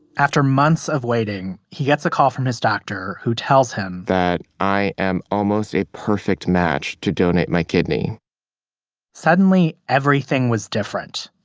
after months of waiting, he gets a call from his doctor, who tells him. that i am almost a perfect match to donate my kidney suddenly, everything was different.